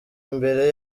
imbere